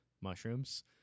mushrooms